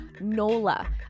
Nola